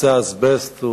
האזבסט,